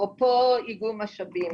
אפרופו איגום משאבים,